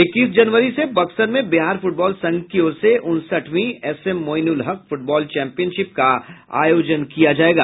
इक्कीस जनवरी से बक्सर में बिहार फुटबॉल संघ की ओर से उनसठवीं एसएम मोइनुलहक फूटबॉल चंपियनशिप का आयोजन किया जायेगा